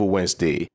Wednesday